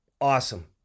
Awesome